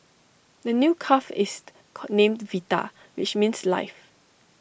the new calf is named Vita which means life